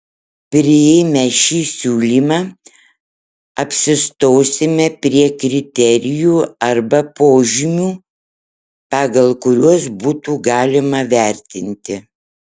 priėmę šį siūlymą apsistosime prie kriterijų arba požymių pagal kuriuos būtų galima vertinti